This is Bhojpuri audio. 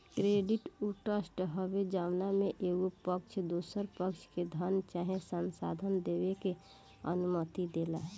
क्रेडिट उ ट्रस्ट हवे जवना में एगो पक्ष दोसरा पक्ष के धन चाहे संसाधन देबे के अनुमति देला